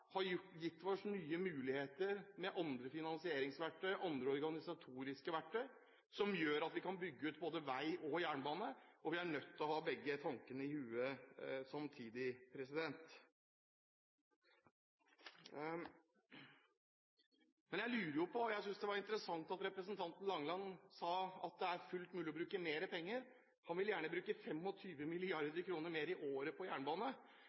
har gitt oss nye muligheter med andre finansieringsverktøy, andre organisatoriske verktøy, som gjør at vi kan bygge ut både vei og jernbane. Vi er nødt til å ha begge tanker i hodet samtidig. Jeg syntes det var interessant at representanten Langeland sa at det er fullt mulig å bruke mer penger. Han vil gjerne bruke 25 mrd. kr mer i året på jernbane.